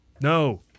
No